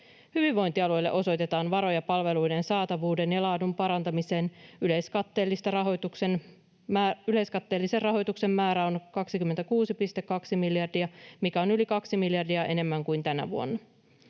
Hyvinvointialueille osoitetaan varoja palveluiden saatavuuden ja laadun parantamiseen. Yleiskatteellisen rahoituksen määrä on 26,2 miljardia, mikä on yli kaksi miljardia enemmän kuin tänä vuonna.